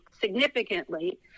significantly